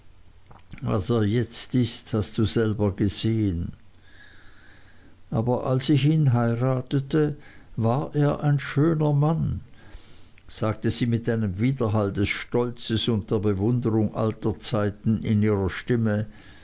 er jetzt ist hast du selbst gesehen aber als ich ihn heiratete war er ein schöner mann sagte sie mit einem widerhall des stolzes und der bewunderung alter zeiten in ihrer stimme